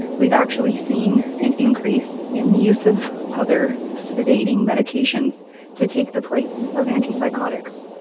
we've actually seen an increase in the use of other sedating medications to take the place of antipsychotics.